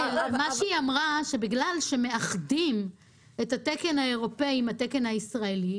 היא אמרה שבגלל שמאחדים את התקן האירופי עם התקן הישראלי,